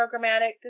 programmatic